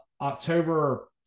October